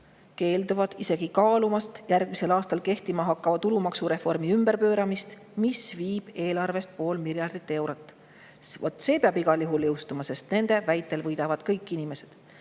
keelduvad isegi kaalumast järgmisel aastal kehtima hakkava tulumaksureformi ümberpööramist, mis viib eelarvest pool miljardit eurot. Vaat see peab igal juhul jõustuma, sest nende väitel võidavad sellest kõik inimesed.